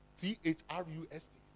T-H-R-U-S-T